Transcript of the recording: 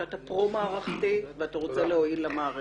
ברור לנו שאתה פרו-מערכתי ואתה רוצה להועיל למערכת.